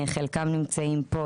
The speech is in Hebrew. חלקם נמצאים פה,